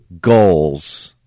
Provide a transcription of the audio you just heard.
goals